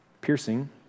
piercing